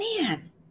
man